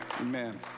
Amen